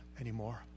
anymore